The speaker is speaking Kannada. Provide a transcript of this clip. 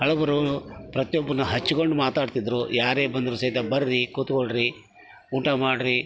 ಹಳಬರು ಪ್ರತಿಯೊಬ್ಬನ್ನು ಹಚ್ಕೊಂಡು ಮಾತಾಡ್ತಿದ್ದರು ಯಾರೇ ಬಂದರು ಸಹಿತ ಬರ್ರಿ ಕೂತುಕೊಳ್ಳ್ರಿ ಊಟ ಮಾಡಿರಿ